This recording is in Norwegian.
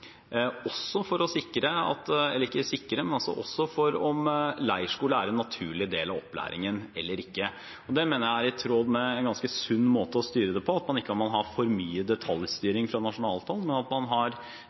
også for om leirskole er en naturlig del av opplæringen eller ikke. Det mener jeg er i tråd med en ganske sunn måte å styre det på, at man ikke har for mye detaljstyring fra nasjonalt hold, men at man har